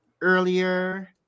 earlier